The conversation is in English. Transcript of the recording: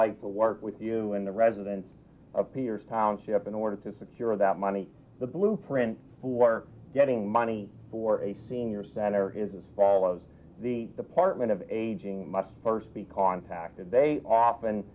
like to work with you in the residence of pierce township in order to secure that money the blueprint for getting money for a senior center is follows the department of aging must first be contacted they often